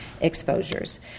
exposures